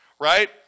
Right